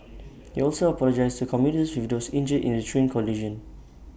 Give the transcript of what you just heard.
he also apologised to commuters with those injured in the train collision